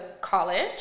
college